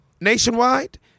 nationwide